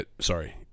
sorry